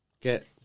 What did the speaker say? Get